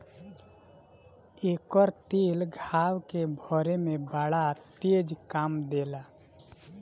एकर तेल घाव के भरे में बड़ा तेज काम देला